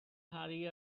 hurry